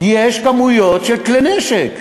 יש כמויות של כלי נשק.